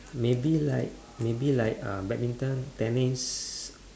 maybe like maybe like uh badminton tennis